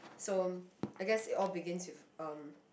so I guess it all begins with um